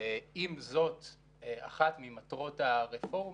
זאת אחת ממטרות הרפורמה,